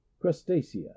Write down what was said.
Crustacea